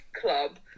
club